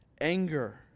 anger